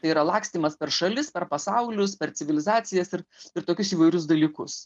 tai yra lakstymas per šalis per pasaulius per civilizacijas ir ir tokius įvairius dalykus